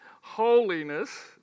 holiness